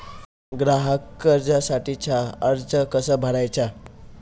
ग्राहक कर्जासाठीचा अर्ज कसा भरायचा?